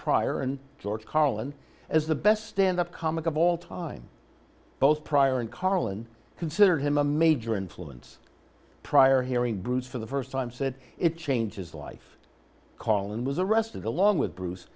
pryor and george carlin as the best stand up comic of all time both pryor and carlin considered him a major influence prior hearing bruce for the first time said it changes life call and was arrested along with bruce